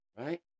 right